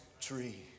tree